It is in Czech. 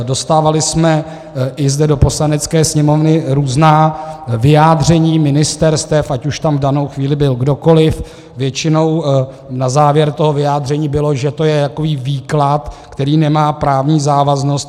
Dostávali jsme i zde do Poslanecké sněmovny různá vyjádření ministerstev, ať už tam v danou chvíli byl kdokoliv, většinou na závěr toho vyjádření bylo, že je to takový výklad, který nemá právní závaznost.